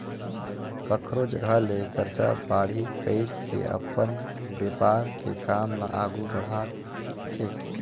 कखरो जघा ले करजा बाड़ही कइर के अपन बेपार के काम ल आघु बड़हाथे